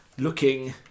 Looking